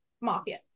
mafia